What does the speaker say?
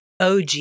OG